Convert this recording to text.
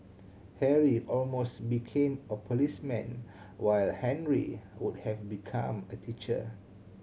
Harry almost became a policeman while Henry would have become a teacher